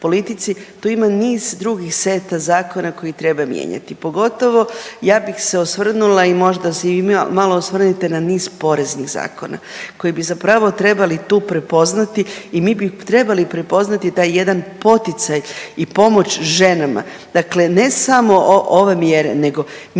Tu ima niz drugih seta zakona koji treba mijenjati pogotovo ja bih se osvrnula i možda se i vi malo osvrnite na niz poreznih zakona koji bi zapravo trebali tu prepoznati i mi bi trebali prepoznati taj jedan poticaj i pomoć ženama. Dakle, ne samo ove mjere nego